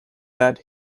that